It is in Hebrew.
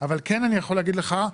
אבל כן אני יכול להגיד לך,